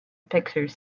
pictures